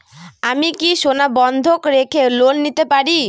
আমি কি সোনা বন্ধক রেখে লোন পেতে পারি?